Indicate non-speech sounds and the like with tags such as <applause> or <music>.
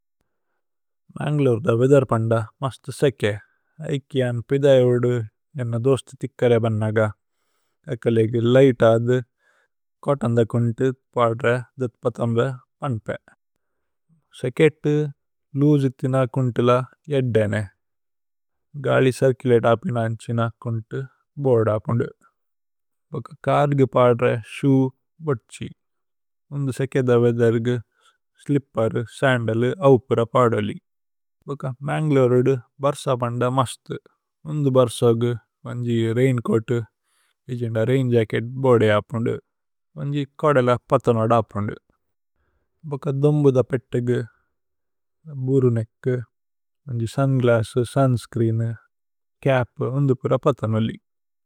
മാന്ഗലുര്ദ വേദര് പന്ദ മസ്തു സേകേ। ഐകിയന് പിഥൈ ഓദു ഏന്ന ദോസ്തി തിക്കര। ബന്നഗ ഏകലേഗു ലൈത് ആധു കോതന്ദ കുന്തു। <hesitation> പാദ്ര ദത്പതമ്ല പന്പേ। സേകേത്തു ലൂജിഥിന കുന്തുല ഏദ്ദേനേ ഗലി। ചിര്ചുലതേ ആപിന ഇന്ഛിന കുന്തു ബോഅര്ദ। കുന്ദു ഓക കാധുകു പാദ്ര ശൂ ബോത്ഛി। ഉന്ദു സേകേദ വേദര്ഗു സ്ലിപ്പേര് സന്ദല്। അവുപുര പാദോലി ഭോക മാന്ഗലുര്ദു ബര്സ। പന്ദ മസ്തു ഉന്ദു ബര്സഗു വന്ജി രൈന്ചോഅത്। ഏജിന്ദ രൈന്ജച്കേത് ബോഅര്ദ ആപുന്ദു വന്ജി। കോദല പതനോദ ആപുന്ദു ഭോക ദുമ്ബുധ। പേത്തഗു ബുരുനേക്കു വന്ജി സുന്ഗ്ലസ്സു। സുന്സ്ച്രീനു ചപു ഉന്ദുപുര പതനോലി।